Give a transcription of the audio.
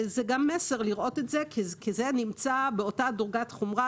זה גם מסר כי זה נמצא באותה דרגת חומרה